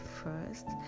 first